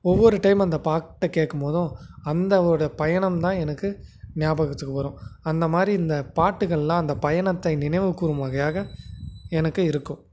ஒவ்வொரு டைம் அந்த பாட்டை கேட்கும்போதும் அந்தனோடய பயணம்தான் எனக்கு ஞாபகத்துக்கு வரும் அந்தமாதிரி இந்த பாட்டுகள்லாம் அந்த பயணத்தை நினைவுக்கூரும் வகையாக எனக்கு இருக்கும்